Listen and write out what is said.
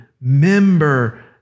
member